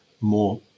more